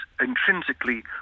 intrinsically